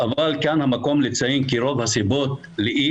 אבל כאן המקום לציין כי רוב הסיבות לאי